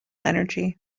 energy